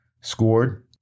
scored